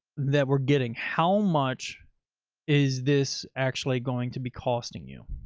that we're getting, how much is this actually going to be costing you.